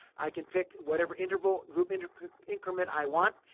i can pick whatever interval, group and increment, i want.